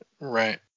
right